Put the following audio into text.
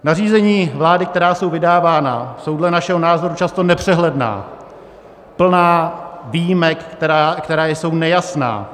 Nařízení vlády, která jsou vydávána, jsou dle našeho názoru často nepřehledná, plná výjimek, které jsou nejasné.